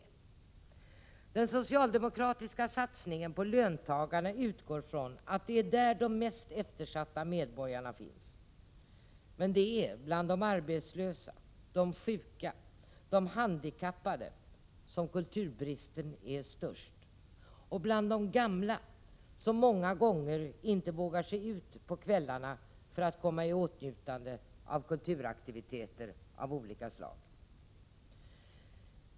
När det gäller den socialdemokratiska satsningen på löntagarna utgår man från att det är bland dem som de mest eftersatta medborgarna finns. Men det är bland de arbetslösa, de sjuka och de handikappade som kulturbristen är störst. Det gäller också de gamla, som många gånger inte vågar sig ut på kvällarna och således inte kan komma i åtnjutande av kulturaktiviteter av olika slag.